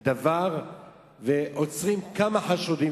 דבר ועוצרים כמה חשודים.